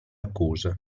accuse